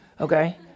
Okay